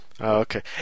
Okay